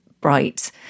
bright